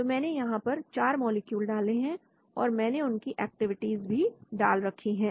तो मैंने यहां पर चार मॉलिक्यूल डाले हुए हैं और मैंने उनकी एक्टिविटीज भी डाल रखी है